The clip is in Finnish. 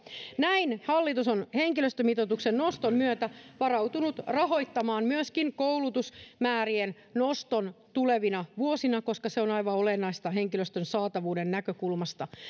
näin hallitus on henkilöstömitoituksen noston myötä varautunut rahoittamaan myöskin koulutusmäärien noston tulevina vuosina koska se on aivan olennaista henkilöstön saatavuuden näkökulmasta